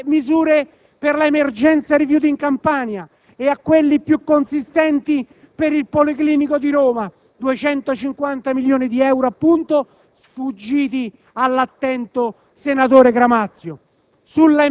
alle misure per l'emergenza rifiuti in Campania, agli interventi più consistenti per il Policlinico di Roma (250 milioni di euro sfuggiti all'attento senatore Gramazio).